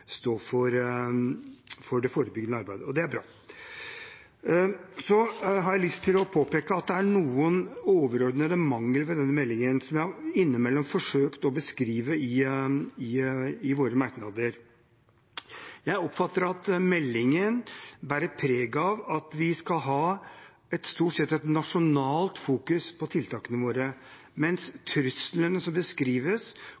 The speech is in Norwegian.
det forebyggende arbeidet, og det er bra. Så har jeg lyst til å påpeke at det er noen overordnede mangler ved denne meldingen som jeg innimellom har forsøkt å beskrive i våre merknader. Jeg oppfatter at meldingen bærer preg av at vi skal ha et stort sett nasjonalt fokus på tiltakene våre,